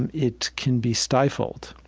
and it can be stifled